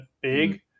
big